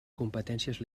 competències